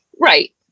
Right